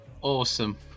awesome